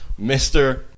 Mr